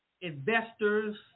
investors